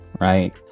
right